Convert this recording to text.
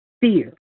fear